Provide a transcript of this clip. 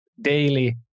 daily